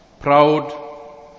proud